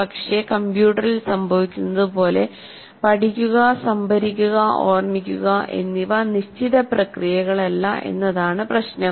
പക്ഷെ കമ്പ്യൂട്ടറിൽ സംഭവിക്കുന്നതുപോലെ പഠിക്കുക സംഭരിക്കുക ഓർമ്മിക്കുക എന്നിവ നിശ്ചിത പ്രക്രിയകളല്ല എന്നതാണ് പ്രശ്നം